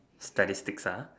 statistics